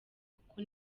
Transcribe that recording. kuko